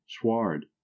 sward